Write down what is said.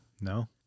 no